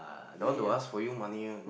uh don't want to ask for you money ah